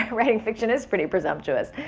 writing fiction is pretty presumptuous.